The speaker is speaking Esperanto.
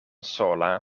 sola